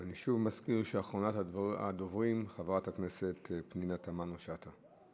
אני שוב מזכיר שאחרונת הדוברים היא חברת הכנסת פנינה תמנו-שטה.